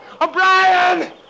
O'Brien